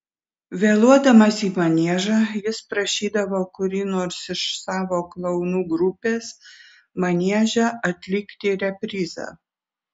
vėluodamas į maniežą jis prašydavo kurį nors iš savo klounų grupės manieže atlikti reprizą